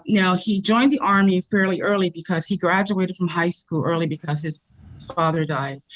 now, he joined the army fairly early because he graduated from high school early because his father died,